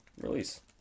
release